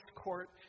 court